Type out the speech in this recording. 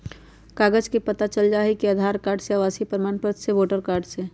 कागज से पता चल जाहई, आधार कार्ड से, आवासीय प्रमाण पत्र से, वोटर कार्ड से?